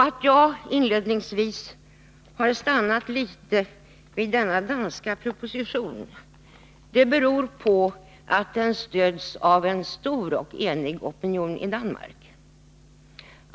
Att jag inledningsvis har stannat litet inför denna danska proposition beror på att den stöds av en stor och enig opinion i Danmark.